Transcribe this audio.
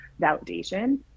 validation